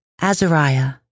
Azariah